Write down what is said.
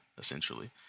essentially